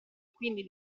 quindi